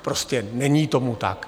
Prostě není tomu tak.